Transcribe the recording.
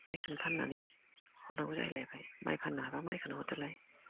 माइखौनो फाननानै हरनांगौ जाहैलायबाय माइ फाननो हायाबा माइखौनो हरदोलाय